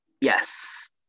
Yes